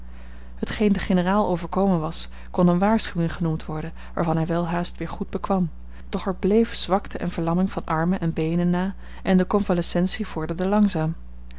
hetgeen den generaal overkomen was kon eene waarschuwing genoemd worden waarvan hij welhaast weer goed bekwam doch er bleef zwakte en verlamming van armen en beenen na en de convalescentie vorderde langzaam